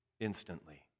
instantly